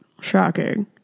Shocking